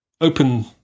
open